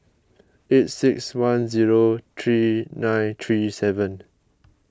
eight six one zero three nine three seven